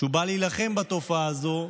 שבא להילחם בתופעה הזו,